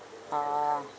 ah